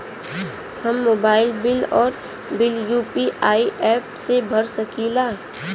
हम mobile bill और bill UPI app से भर सकिला